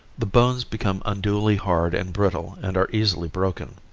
the bones become unduly hard and brittle and are easily broken.